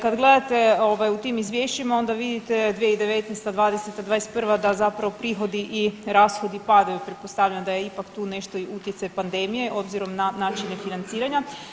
Kad gledate ovaj u tim izvješćima onda vidite 2019., '20., '21. da zapravo prihodi i rashodi padaju, pretpostavljam da je ipak tu nešto i utjecaj pandemije obzirom na načine financiranja.